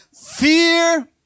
fear